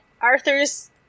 Arthur's